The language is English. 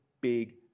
big